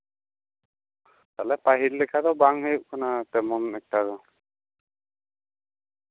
ᱯᱟᱹᱦᱤᱞ ᱞᱮᱠᱟ ᱫᱚ ᱵᱟᱝ ᱦᱩᱭᱩᱜ ᱠᱟᱱᱟ ᱛᱮᱢᱚᱱ ᱞᱮᱠᱟ ᱫᱚ